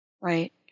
right